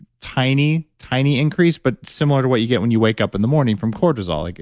tiny, tiny increase, but similar to what you get when you wake up in the morning from cortisol, like